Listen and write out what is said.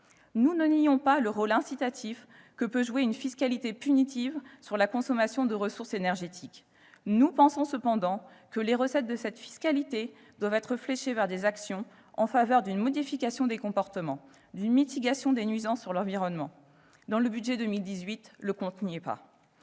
Nous ne nions pas le rôle incitatif que peut jouer une fiscalité punitive sur la consommation de ressources énergétiques. Nous pensons cependant que les recettes de cette fiscalité doivent être fléchées vers des actions en faveur d'une modification des comportements, d'une mitigation des nuisances sur l'environnement. Dans le budget 2018, le compte n'y est pas